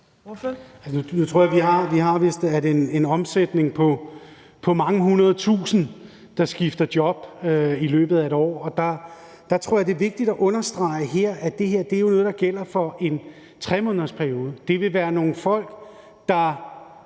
Jeg tror, at vi vist har en omsætning på mange hundredtusinde, der skifter job i løbet af et år. Jeg tror, det er vigtigt at understrege, at det her jo er noget, der gælder for en 3-månedersperiode. Det vil være nogle folk, der